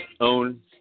own